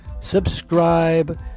subscribe